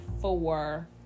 four